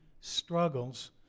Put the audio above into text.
struggles